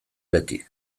beti